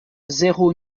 zéro